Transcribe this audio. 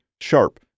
sharp